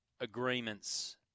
agreements